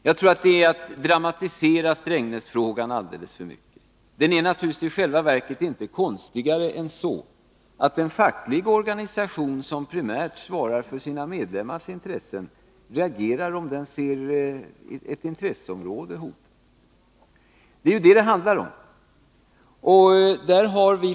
Jag tror att detta är att dramatisera Strängnäsfrågan alldeles för mycket. Den är i själva verket inte konstigare än så, att en facklig organisation, som primärt svarar för sina medlemmars intressen, reagerar om den ser att ett intresseområde hotas. Det är ju vad det handlar om.